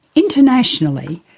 internationally,